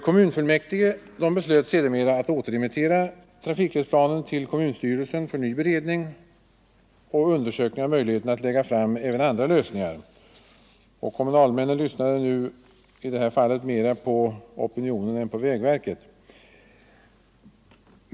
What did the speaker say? Kommunfullmäktige beslöt sedermera att återremittera trafikledsplanen till kommunstyrelsen för ny beredning och undersökning av möjligheterna att lägga fram även andra lösningar. Kommunalmännen lyssnade i detta fall mera på opinionen än på vägverket.